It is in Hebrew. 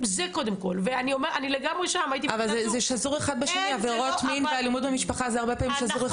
ואני רוצה את זה על האלמ"ב.